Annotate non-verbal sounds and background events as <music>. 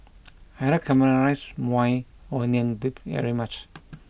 <noise> I like caramelized Maui Onion Dip very much <noise>